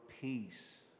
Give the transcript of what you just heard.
peace